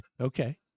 okay